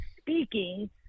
speaking